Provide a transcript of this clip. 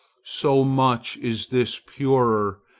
so much is this purer,